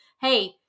Hey